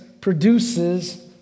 produces